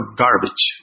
garbage